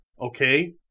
Okay